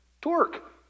torque